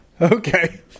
okay